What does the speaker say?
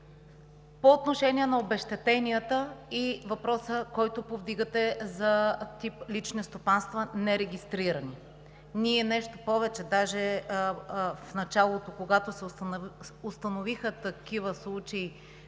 По отношение на обезщетенията и въпроса, който повдигате, за тип „лични стопанства“ – нерегистрирани. Нещо повече! Даже в началото, когато се установиха такива случаи